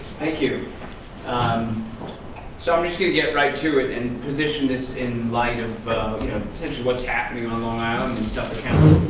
thank you. um so i'm just going to get right to and and position this in light of potentially what's happening on long island and suffolk county.